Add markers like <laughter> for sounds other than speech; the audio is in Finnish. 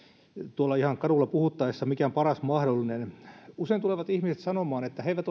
tuolla ihan kadulla puhuttaessa mikään paras mahdollinen usein tulevat ihmiset sanomaan että he eivät <unintelligible>